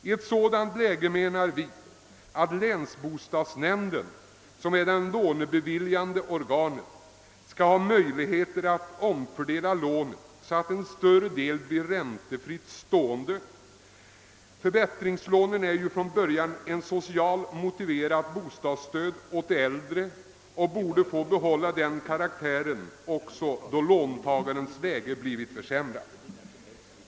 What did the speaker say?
I ett sådant läge menar vi motionärer att länsbostadsnämnden, som är det lånebeviljande organet, skall ha möjlighet att omfördela lånet så att en större del blir räntefri, stående. Förbättringslånet är ju från början ett socialt motiverat bostadsstöd åt de äldre och borde få behålla den karaktären även då låntagarens läge blir försämrat.